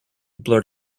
blurt